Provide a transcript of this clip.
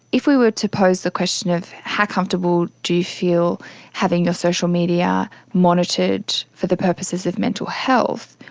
if we were to pose the question of how comfortable do you feel having your social media monitored for the purposes of mental health,